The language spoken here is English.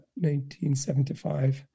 1975